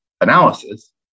analysis